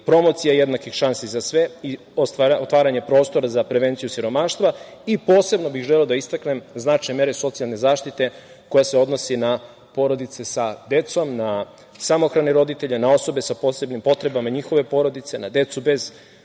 promocija jednakih šansi za sve i otvaranje prostora za prevenciju siromaštva. Posebno bih želeo da istaknem značaj mere socijalne zaštite, koja se odnosi na porodice sa decom, na samohrane roditelje, na osobe sa posebnim potrebama, na njihove porodice, na decu bez